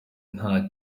nta